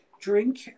drink